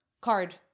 Card